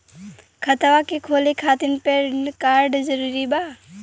खतवा के खोले खातिर पेन कार्ड जरूरी बा?